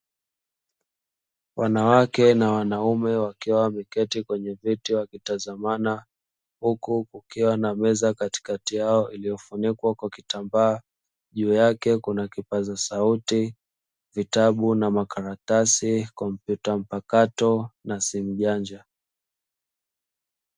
Wanawake na wanaume wakiwa wameketi kwenye viti wakitazamana, huku kukiwa na meza katikati yao iliyofunikwa kwa kitambaa. Juu yake kuna kipaza sauti, vitabu na makaratasi, kompyuta mpakato na simu janja.